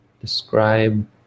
describe